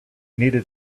needed